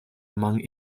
among